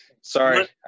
sorry